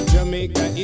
Jamaica